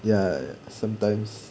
ya sometimes